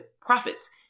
profits